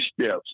steps